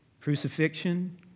Crucifixion